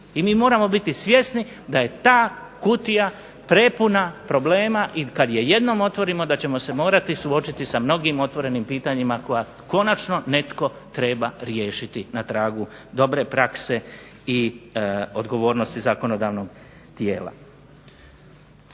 I mi moramo biti svjesni da je ta kutija prepuna problema i kad je jednom otvorimo da ćemo se morati suočiti sa mnogim otvorenim pitanjima koja konačno netko treba riješiti na tragu dobre prakse i odgovornosti zakonodavnog tijela.